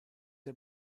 der